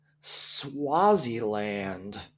Swaziland